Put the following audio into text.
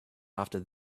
after